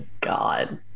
god